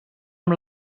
amb